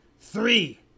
Three